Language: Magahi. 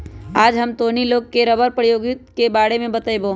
आज हम तोहनी लोग के रबड़ प्रौद्योगिकी के बारे में बतईबो